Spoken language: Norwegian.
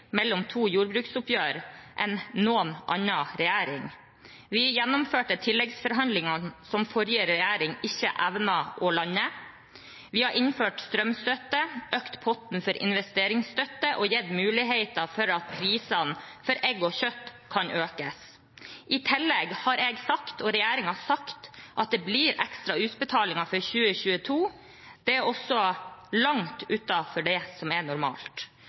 mellom to jordbruksoppgjør enn noen annen regjering. Vi gjennomførte tilleggsforhandlingene som forrige regjering ikke evnet å lande. Vi har innført strømstøtte, økt potten for investeringsstøtte og gitt muligheter for at prisene for egg og kjøtt kan økes. I tillegg har regjeringen og jeg sagt at det blir ekstra utbetalinger for 2022. Det er også langt utenfor det som er normalt.